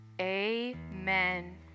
Amen